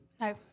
No